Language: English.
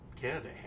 Canada